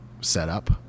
setup